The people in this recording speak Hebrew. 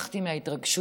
שכחתי מההתרגשות.